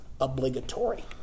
obligatory